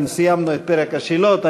כן, סיימנו את פרק השאלות.